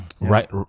right